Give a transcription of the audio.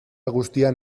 guztian